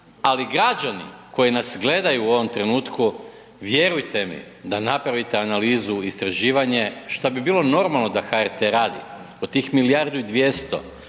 Ali građani koji nas gledaju u ovom trenutku vjerujte mi da napravite analizu istraživanja što bi bilo normalno da HRT-e radi od tih milijardu i 200